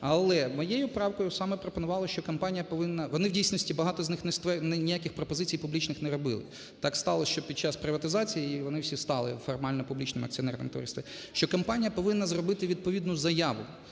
Але, моєю правкою саме пропонувалось, що компанія повинна, вони в дійсності, багато з них ніяких пропозицій публічних не робили. Так сталось, що під час приватизації і вони всі стали формально публічними акціонерними товариствами. Що компанія повинна зробити відповідну заяву,